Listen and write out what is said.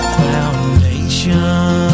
foundation